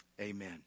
Amen